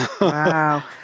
Wow